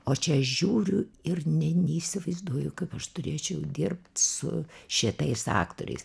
o čia žiūriu ir nė neįsivaizduoju kaip aš turėčiau dirbt su šitais aktoriais